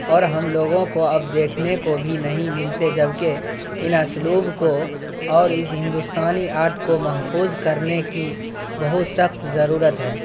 اور ہم لوگوں کو اب دیکھنے کو بھی نہیں ملتے جبکہ ان اسلوب کو اور اس ہندوستانی آرٹ کو محفوظ کرنے کی بہت سخت ضرورت ہے